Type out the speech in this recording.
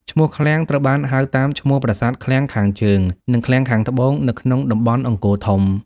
ឈ្មោះ "ឃ្លាំង" ត្រូវបានហៅតាមឈ្មោះប្រាសាទឃ្លាំងខាងជើង និងឃ្លាំងខាងត្បូងនៅក្នុងតំបន់អង្គរធំ។